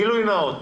גילוי נאות